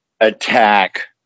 attack